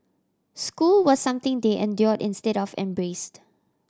school was something they endured instead of embraced